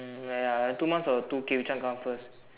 um ya ya two months or two K which one come first